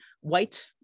white